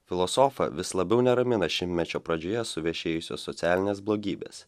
filosofą vis labiau neramina šimtmečio pradžioje suvešėjusios socialinės blogybės